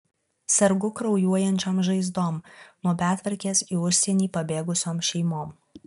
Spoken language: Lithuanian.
sergu kraujuojančiom žaizdom nuo betvarkės į užsienį pabėgusiom šeimom